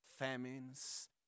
Famines